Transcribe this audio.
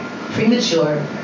premature